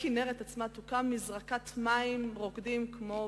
בכינרת עצמה, תוקם מזרקת מים רוקדים כמו